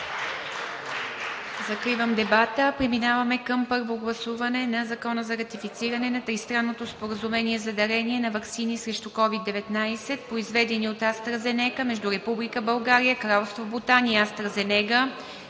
Закривам дебата. Преминаваме към първо гласуване на Закона за ратифициране на Тристранното споразумение за дарение на ваксини срещу COVID-19, произведени от „АстраЗенека“, между Република България, Кралство Бутан и „АстраЗенека“